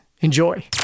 Enjoy